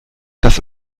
dass